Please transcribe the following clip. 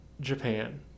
Japan